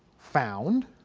found.